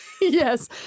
Yes